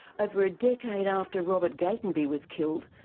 over a decade after robert gatenby was killed,